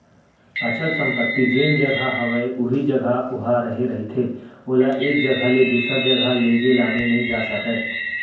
अचल संपत्ति जेन जघा हवय उही जघा ओहा रेहे रहिथे ओला एक जघा ले दूसर जघा लेगे लाने नइ जा सकय